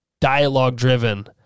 dialogue-driven